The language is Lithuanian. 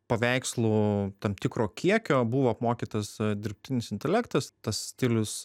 paveikslų tam tikro kiekio buvo apmokytas dirbtinis intelektas tas stilius